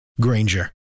Granger